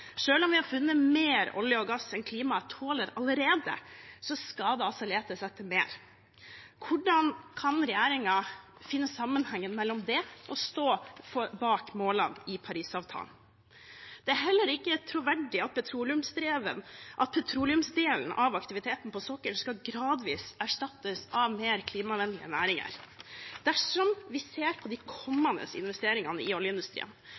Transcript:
om vi har funnet mer olje og gass enn klimaet tåler allerede, skal det letes etter mer. Hvordan kan regjeringen finne sammenhengen mellom det og det å stå bak målene i Parisavtalen? Det er heller ikke troverdig at petroleumsdelen av aktiviteten på sokkelen gradvis skal erstattes av mer klimavennlige næringer dersom vi ser på de kommende investeringene i oljeindustrien.